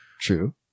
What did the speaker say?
True